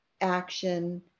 action